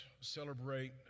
celebrate